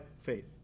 faith